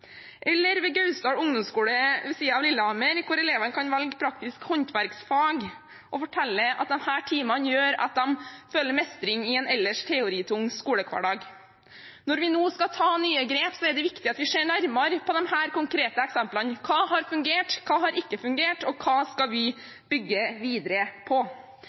kan velge praktiske håndverksfag, og forteller at disse timene gjør at de føler mestring i en ellers teoritung skolehverdag. Når vi nå skal ta nye grep, er det viktig at vi ser nærmere på disse konkrete eksemplene. Hva har fungert, hva har ikke fungert, og hva skal vi bygge videre på?